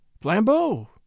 Flambeau